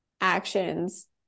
actions